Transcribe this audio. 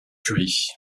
curie